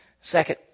Second